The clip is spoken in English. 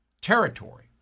territory